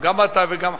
אני אומר את זה חד וחלק.